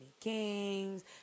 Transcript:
Kings